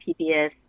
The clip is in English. PBS